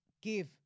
give